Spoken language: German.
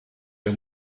der